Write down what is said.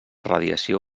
radiació